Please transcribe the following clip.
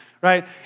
right